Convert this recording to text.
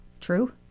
True